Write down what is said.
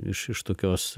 iš iš tokios